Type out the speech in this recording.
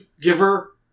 Giver